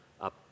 up